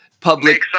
Public